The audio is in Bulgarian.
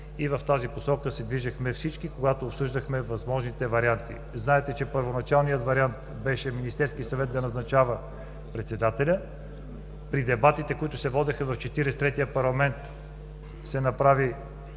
и в тази посока се движехме всички, когато обсъждахме възможните варианти. Знаете, че първоначалният вариант беше Министерският съвет да назначава председателя. При дебататите, които се водиха в Четиридесет и третия парламент, се направи